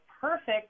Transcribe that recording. perfect